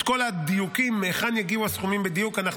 את כל הדיוקים מהיכן יגיעו הסכומים בדיוק אנחנו